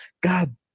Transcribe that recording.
God